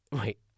wait